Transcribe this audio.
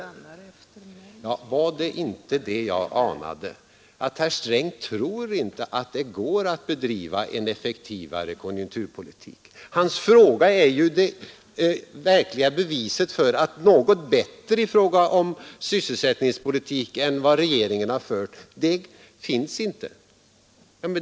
Ja, var det inte det jag anade — att herr Sträng inte tror att det är möjligt att bedriva en effektivare konjunkturpolitik. Hans fråga är ju det verkliga beviset för att något bättre i fråga om sysselsättningspolitik än vad regeringen har fört inte finns.